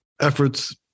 efforts